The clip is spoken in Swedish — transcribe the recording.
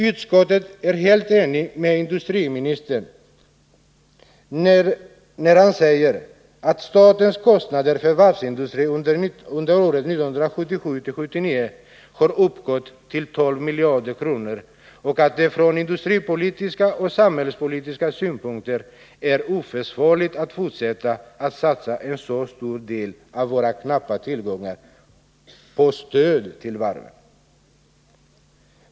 Utskottet är helt enigt med industriministern när han säger att statens kostnader för varvsindustrin under åren 1977-1979 har uppgått till 12 miljarder kronor och att det från industripolitiska och samhällspolitiska synpunkter är oförsvarligt att fortsätta att satsa en så stor del av våra knappa tillgångar på stöd till varven.